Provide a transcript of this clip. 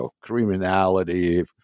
criminality